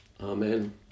Amen